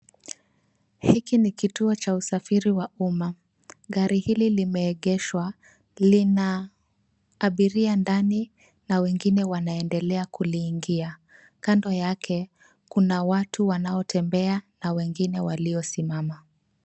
Hiki ni kituo cha usafiri wa umma. Gari hili limeegeshwa. Lina abiria ndani na wengine wanaendelea kuliingia. Kando yake kuna watu wanaotembea na wengine waliosimama.